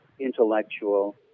Intellectual